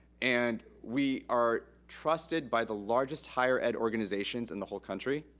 and we are trusted by the largest higher ed organizations in the whole country.